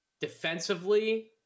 defensively